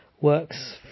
works